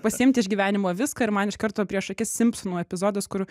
pasiimt iš gyvenimo viską ir man iš karto prieš akis simpsonų epizodas kur